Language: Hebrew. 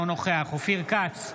אינו נוכח אופיר כץ,